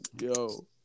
Yo